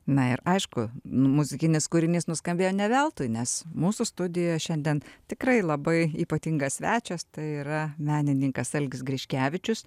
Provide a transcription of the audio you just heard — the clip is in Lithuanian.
na ir aišku muzikinis kūrinys nuskambėjo ne veltui nes mūsų studijoj šiandien tikrai labai ypatingas svečias tai yra menininkas algis griškevičius